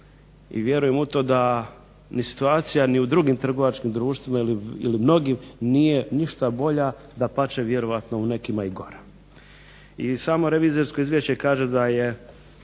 i vjerujem u to da situacija u drugim trgovačkim društvima ili mnogim nije ništa drugačija nego samo gora. I samo revizorsko izvješće kaže da je